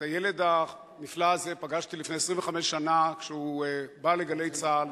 את הילד הנפלא הזה פגשתי לפני 25 שנה כשהוא בא ל"גלי צה"ל",